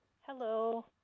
Hello